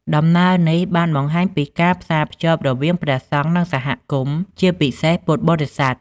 ដំណើរនេះ បានបង្ហាញពីការផ្សារភ្ជាប់រវាងព្រះសង្ឃ និងសហគមន៍ ជាពិសេសពុទ្ធបរិស័ទ។